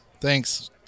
Thanks